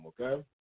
okay